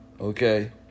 Okay